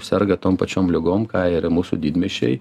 serga tom pačiom ligom ką ir mūsų didmiesčiai